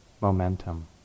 momentum